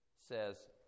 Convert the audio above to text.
says